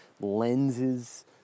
lenses